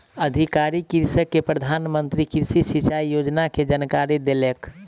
अधिकारी कृषक के प्रधान मंत्री कृषि सिचाई योजना के जानकारी देलक